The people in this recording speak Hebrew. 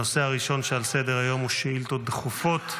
הנושא הראשון שעל סדר-היום הוא שאילתות דחופות,